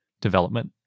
development